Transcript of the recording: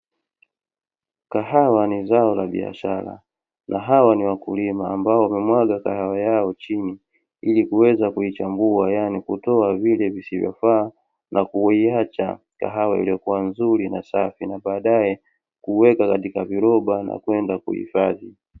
Kahawa ni zao la biashara, na hawa ni wakulima ambao wamemwaga kahawa yao chini ili kuweza kuichambua. Yaani kutoa vile visivyofaa na kuiacha kahawa iliokuwa nzuri na safi na baadae kuweka katika viroba na kwenda kuhifadhi.